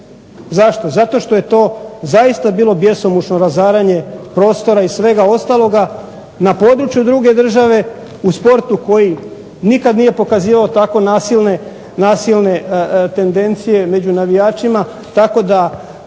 Zašto, zato što je to zaista bilo bjesomučno razaranje prostora i svega ostaloga na području druge države u sportu koji nikad nije pokazivao tako nasilne tendencije među navijačima.